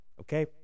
okay